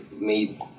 made